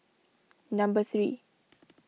number three